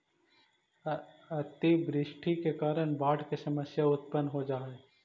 अतिवृष्टि के कारण बाढ़ के समस्या उत्पन्न हो जा हई